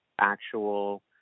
actual